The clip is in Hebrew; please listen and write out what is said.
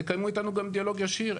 תקיימו איתנו גם דיאלוג ישיר,